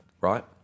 right